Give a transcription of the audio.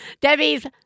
Debbie's